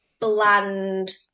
bland